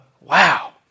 wow